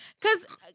Cause